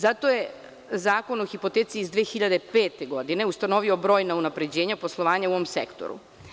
Zato je Zakon o hipoteci iz 2005. godine ustanovio brojna unapređenja poslovanja u ovom sektoru.